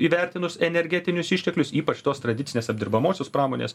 įvertinus energetinius išteklius ypač tos tradicinės apdirbamosios pramonės